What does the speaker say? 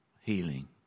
healing